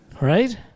Right